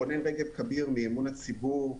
אמון הציבור.